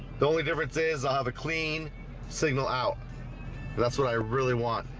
the only difference is i'll have a clean signal out that's what i really want.